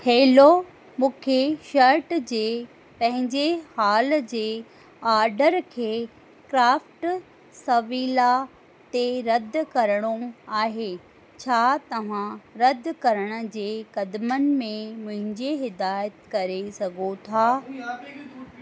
hello मूंखे shirt जे पंहिंजे हाल जे ऑडर खे क्राफ्ट सविला ते रद्द करिणो आहे छा तव्हां रद्द करण जे क़दमनि में मुंहिंजे हिदायत करे सघो था